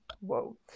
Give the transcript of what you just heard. whoa